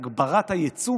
להגברת היצוא